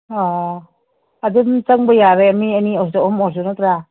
ꯑꯣ ꯑꯗꯨꯝ ꯆꯪꯕ ꯌꯥꯔꯦ ꯃꯤ ꯑꯅꯤ ꯑꯣꯏꯔꯁꯨ ꯑꯍꯨꯝ ꯑꯣꯏꯔꯁꯨ ꯅꯠꯇ꯭ꯔꯥ